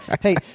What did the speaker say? Hey